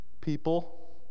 people